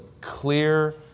clear